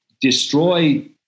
destroy